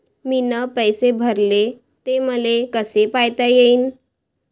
मीन पैसे भरले, ते मले कसे पायता येईन?